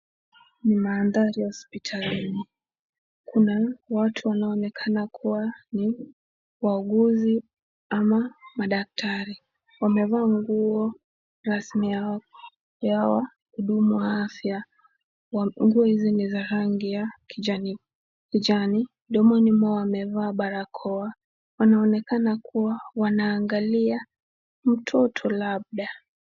Ni mandhari ya hospitalini . Kuna watu wanaoonekana kama wauguzi ama madaktari, wamevaa nguo rasmi ya uhudumu wa afya. Nguo hizi ni za rangi ya kijani na mdomoni wamevalia barakoa. Wanaonekana kuwa wanaangalia mtoto labda.